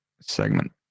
segment